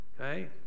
Okay